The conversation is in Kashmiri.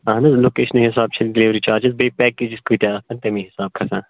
اَہن حظ لوکیٚشنہٕ حِساب چھِ ڈیٚلؤری چارجِز بیٚیہِ پٮ۪کیٚجٕس کۭتیٛاہ آسن تَمے حِساب کھَسان